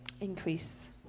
Increase